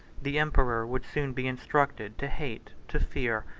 the emperor would soon be instructed to hate, to fear,